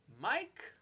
Mike